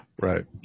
Right